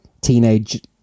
teenage